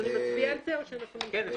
ברור שהם התפשרו על 100 ועל 180. אני